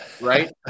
right